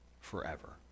forever